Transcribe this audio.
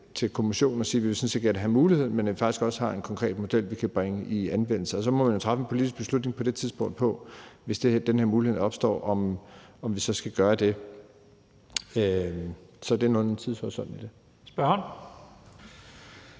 til Kommissionen og sige, at vi sådan set gerne vil have muligheden, men at vi faktisk også har en konkret model, vi kan bringe i anvendelse. Og så må man jo træffe en politisk beslutning på det tidspunkt, hvis den her mulighed opstår, i forhold til om vi så skal gøre det. Så det er tidshorisonten i det. Kl.